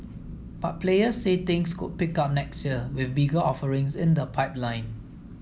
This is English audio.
but players say things could pick up next year with bigger offerings in the pipeline